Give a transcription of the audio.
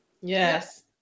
Yes